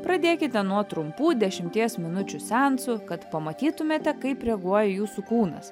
pradėkite nuo trumpų dešimties minučių seansų kad pamatytumėte kaip reaguoja jūsų kūnas